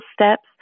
steps